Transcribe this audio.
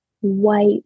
white